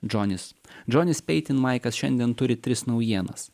džonis džonis peitinmaikas šiandien turi tris naujienas